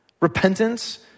Repentance